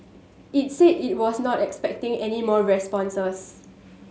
it said it was not expecting any more responses